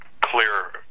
clear